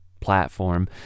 platform